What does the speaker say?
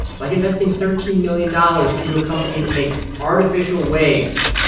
like investing thirteen million dollars into a company that makes artificial waves,